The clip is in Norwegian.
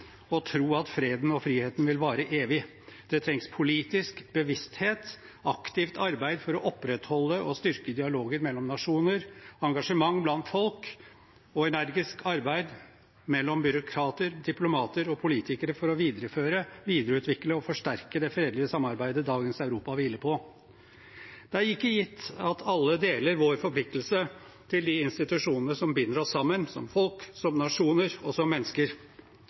å tro at freden og friheten vil vare evig. Det trengs politisk bevissthet, aktivt arbeid for å opprettholde og styrke dialogen mellom nasjoner, engasjement blant folk og energisk arbeid mellom byråkrater, diplomater og politikere for å videreføre, videreutvikle og forsterke det fredelige samarbeidet dagens Europa hviler på. Det er ikke gitt at alle deler vår forpliktelse til de institusjonene som binder oss sammen – som folk, som nasjoner og som mennesker.